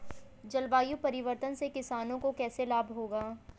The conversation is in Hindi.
जलवायु परिवर्तन से किसानों को कैसे लाभ होगा?